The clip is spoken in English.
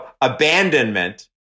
abandonment